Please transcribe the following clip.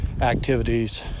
activities